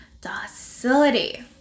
docility